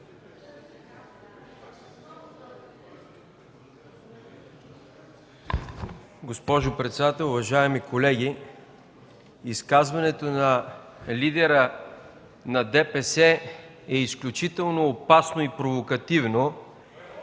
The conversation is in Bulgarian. Госпожо председател, уважаеми колеги, изказването на лидера на ДПС е изключително опасно и провокативно